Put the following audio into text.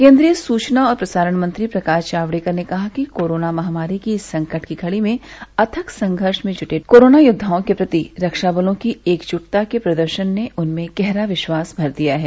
केन्द्रीय सूचना और प्रसारण मंत्री प्रकाश जावड़ेकर ने कहा कि कोरोना महामारी की इस संकट की घड़ी में अथक संघर्ष में जूटे कोरोना योद्वाओं के प्रति रक्षाबलों की एकजूटता के प्रदर्शन ने उनमें गहरा विश्वास भर दिया है